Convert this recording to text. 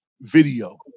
video